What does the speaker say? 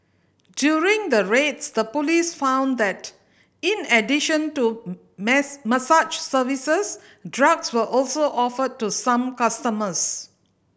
during the raids the police found that in addition to mess massage services drugs were also offered to some customers